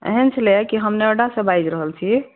एहन छलै की हम नोइडा सॅं बाजि रहल छी